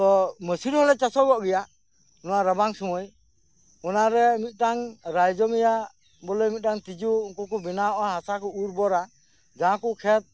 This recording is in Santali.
ᱛᱚ ᱢᱟᱹᱥᱨᱤ ᱦᱚᱸᱞᱮ ᱪᱟᱥᱚᱜᱚᱜ ᱜᱮᱭᱟ ᱱᱚᱣᱟ ᱨᱟᱵᱟᱝ ᱥᱚᱢᱚᱭ ᱚᱱᱟᱨᱮ ᱢᱤᱫᱴᱟᱝ ᱨᱟᱭᱡᱚᱱᱤᱭᱟ ᱵᱚᱞᱮ ᱢᱤᱫᱴᱟᱝ ᱛᱤᱡᱩ ᱩᱱᱠᱩ ᱠᱚ ᱵᱮᱱᱟᱣᱚᱜᱼᱟ ᱦᱟᱥᱟ ᱠᱚ ᱩᱨᱵᱚᱨᱟ